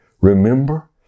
Remember